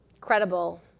credible